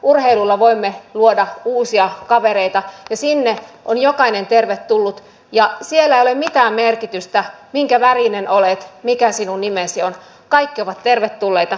urheilulla voimme luoda uusia kavereita ja sinne on jokainen tervetullut ja siellä ei ole mitään merkitystä sillä minkä värinen olet mikä sinun nimesi on kaikki ovat tervetulleita